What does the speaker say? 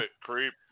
creep